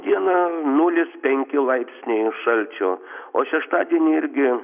dieną nulis penki laipsniai šalčio o šeštadienį irgi